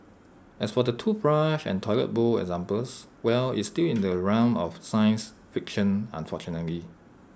as for the toothbrush and toilet bowl examples well it's still in the realm of science fiction unfortunately